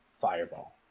Fireball